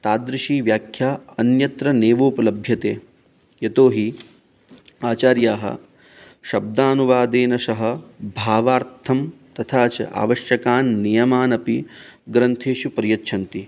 तादृशी व्याख्या अन्यत्र नैवोपलभ्यते यतो हि आचार्याः शब्दानुवादेन सह भावार्थं तथा च आवश्यकान् नियमान् अपि ग्रन्थेषु प्रयच्छन्ति